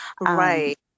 Right